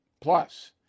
Plus